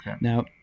now